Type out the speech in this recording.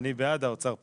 אני בעד, האוצר פחות.